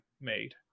made